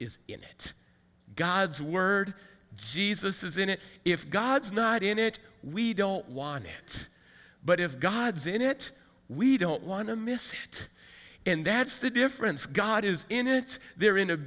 it god's word jesus is in it if god's not in it we don't want it but if god's in it we don't want to miss it and that's the difference god is in it they're in a